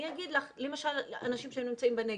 למשל אנשים שנמצאים בנגב,